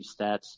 stats